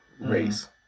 race